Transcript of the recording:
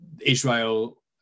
Israel